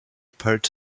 parts